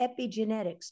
epigenetics